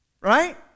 Right